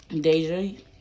Deja